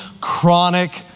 chronic